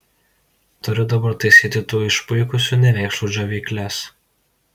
turiu dabar taisyti tų išpuikusių nevėkšlų džiovykles